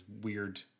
weird